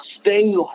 stay